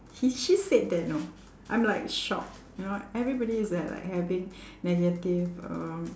he she said that know I'm like shocked you know everybody is there like having negative um